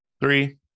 Three